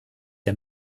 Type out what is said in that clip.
der